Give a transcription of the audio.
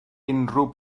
unrhyw